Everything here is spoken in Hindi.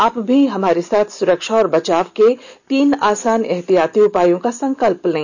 आप भी हमारे साथ सुरक्षा और बचाव के तीन आसान एहतियाती उपायों का संकल्प लें